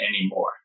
anymore